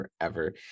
forever